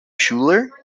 schuller